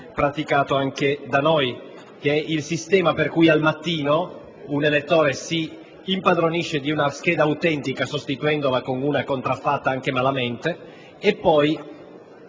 praticato anche da noi - attraverso il quale al mattino un elettore si impadronisce di una scheda autentica sostituendola con una contraffatta, anche malamente, e la